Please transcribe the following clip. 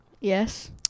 Yes